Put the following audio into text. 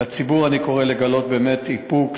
לציבור אני קורא לגלות באמת איפוק,